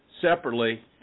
separately